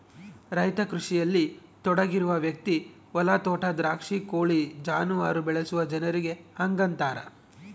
ರೈತ ಕೃಷಿಯಲ್ಲಿ ತೊಡಗಿರುವ ವ್ಯಕ್ತಿ ಹೊಲ ತೋಟ ದ್ರಾಕ್ಷಿ ಕೋಳಿ ಜಾನುವಾರು ಬೆಳೆಸುವ ಜನರಿಗೆ ಹಂಗಂತಾರ